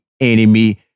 enemy